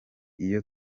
iyo